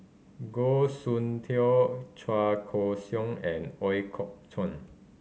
Goh Soon Tioe Chua Ko Siong and Ooi Kok Chuan